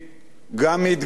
גם מתגייסים,